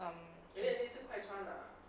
um